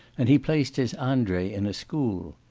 and he placed his andrei in a school.